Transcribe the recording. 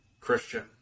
Christian